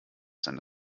seine